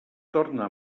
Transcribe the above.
torna